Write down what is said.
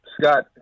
Scott